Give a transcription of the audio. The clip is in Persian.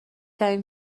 ترین